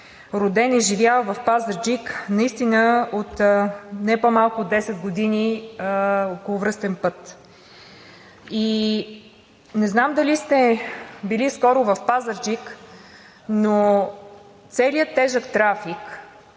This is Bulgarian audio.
роден и живял в Пазарджик, наистина от не по-малко от десет години околовръстен път. И не знам дали сте била скоро в Пазарджик, но целият тежък трафик